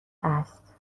است